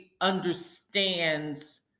understands